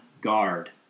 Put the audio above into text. guard